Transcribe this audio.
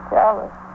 Jealous